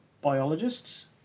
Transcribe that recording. biologists